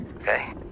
okay